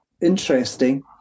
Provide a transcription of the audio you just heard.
interesting